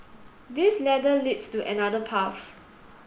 this ladder leads to another path